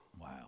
Wow